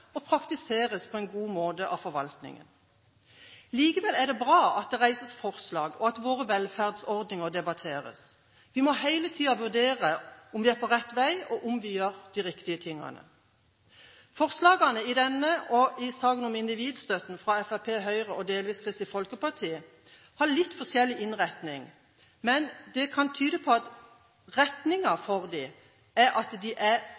og praktiseres på en god måte av forvaltningen. Likevel er det bra at det reises forslag, og at våre velferdsordninger debatteres. Vi må hele tida vurdere om vi er på rett vei, og om vi gjør de riktige tingene. Forslagene i denne saken og i saken om individstøtten, fra Fremskrittspartiet, Høyre og delvis Kristelig Folkeparti, har litt forskjellig innretning, men det kan tyde på at retningen for dem er at de mer eller mindre er